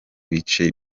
bice